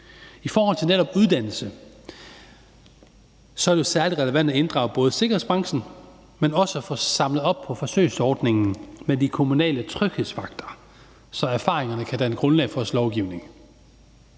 I forhold til netop uddannelse er det jo særlig relevant både at inddrage sikkerhedsbranchen, men også at få samlet op på forsøgsordningen med de kommunale tryghedsvagter, så erfaringerne kan danne grundlag for vores lovgivning.